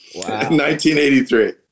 1983